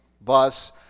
bus